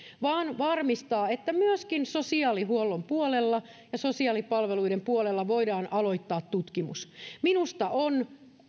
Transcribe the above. vaan varmistaa että myöskin sosiaalihuollon puolella ja sosiaalipalveluiden puolella voidaan aloittaa tutkimus minusta on